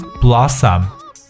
blossom